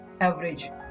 average